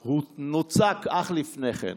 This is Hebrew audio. שנוצק אך לפני כן.